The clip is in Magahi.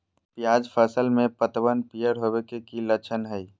प्याज फसल में पतबन पियर होवे के की लक्षण हय?